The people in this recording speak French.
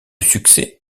succès